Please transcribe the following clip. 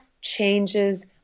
changes